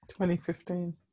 2015